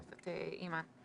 חברת הכנסת אימאן.